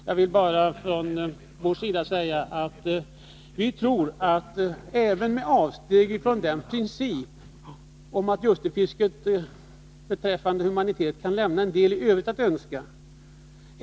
Jag vill från vår sida säga att vi tror att ljusterfisket mycket väl kan tillåtas, även med det avsteg från humanitetsprincipen som detta fiske kan innebära.